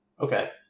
Okay